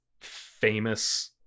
famous